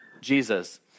Jesus